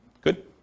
Good